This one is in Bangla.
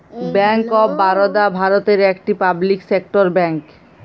ব্যাঙ্ক অফ বারদা ভারতের একটি পাবলিক সেক্টর ব্যাঙ্ক